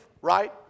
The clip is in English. right